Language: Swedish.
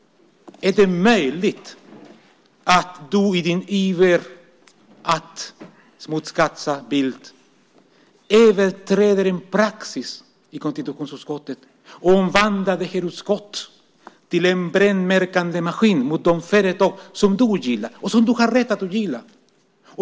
Är det möjligt att du i din iver att smutskasta Bildt överträder en praxis i konstitutionsutskottet och omvandlar utskottet till en brännmärkande maskin mot de företag som du ogillar och som du har rätt att ogilla?